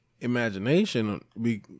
imagination